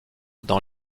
dans